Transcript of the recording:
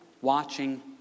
watching